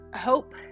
hope